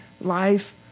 life